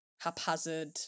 haphazard